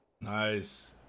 Nice